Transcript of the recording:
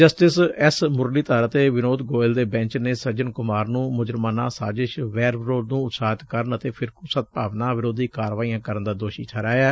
justice S Muralidhar ਅਤੇ ਵਿਨੋਦ ਗੋਇਲ ਦੇ bench ਨੇ ਸਜਨ ਕੁਮਾਰ ਨੂੰ ਮੁਜਰਮਾਨਾ ਸਾਜ਼ਿਸ਼ ਵੈਰ ਵਿਰੋਧ ਨੂੰ ਉਤਸ਼ਾਹਿਤ ਕਰਨ ਅਤੇ ਫਿਰਕੁ ਸਦਭਾਵਨਾ ਵਿਰੋਧੀ ਕਾਰਵਾਈਆਂ ਕਰਨ ਦਾ ਦੋਸ਼ੀ ਠਹਿਰਾਇਐ